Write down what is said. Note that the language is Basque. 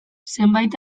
zenbait